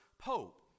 pope